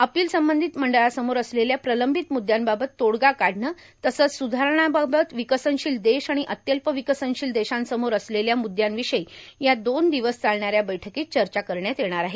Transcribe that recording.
अपिला संबंधित मंडळासमोर असलेल्या प्रलंबित मुदयांबाबत तोडगा काढणं तसंच सुधारणांबाबत विकसनशील देश अणि अत्यल्प विकसनशील देशांसमोर असलेल्या म्द्यांविषयी या दोन दिवस चालणाऱ्या या बैठकीत चर्चा करण्यात येणार आहे